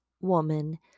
woman